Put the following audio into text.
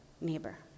neighbor